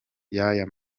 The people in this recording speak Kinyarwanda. y’aya